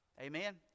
Amen